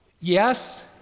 Yes